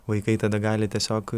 vaikai tada gali tiesiog